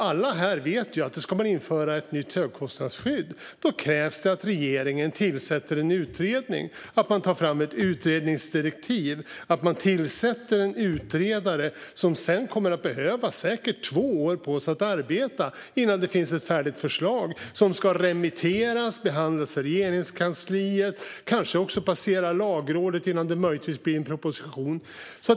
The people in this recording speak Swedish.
Alla här inne vet ju att om man ska införa ett nytt högkostnadsskydd krävs det att regeringen tillsätter en utredning, att man tar fram ett utredningsdirektiv och att man tillsätter en utredare som sedan kommer att behöva ha säkert två år på sig att arbeta innan det finns ett färdigt förslag som ska remitteras, behandlas i Regeringskansliet och kanske passera Lagrådet innan det möjligtvis blir en proposition.